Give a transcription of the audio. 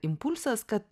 impulsas kad